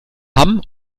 hamm